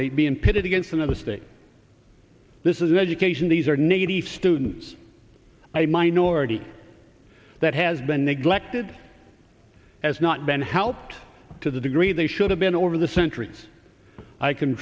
state being pitted against another state this is an education these are needy students a minority that has been neglected has not been helped to the degree they should have been over the centuries i can